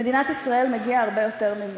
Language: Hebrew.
למדינת ישראל מגיע הרבה יותר מזה.